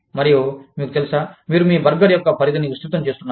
మరియు మీకు తెలుసా మీరు మీ బర్గర్ యొక్క పరిధిని విస్తృతం చేస్తున్నారు